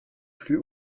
plus